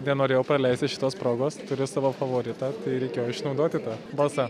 nenorėjau praleisti šitos progos turiu savo favoritą tai reikėjo išnaudoti balsą